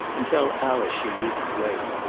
and tell alice she needn't wait.